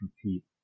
compete